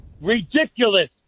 ridiculous